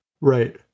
right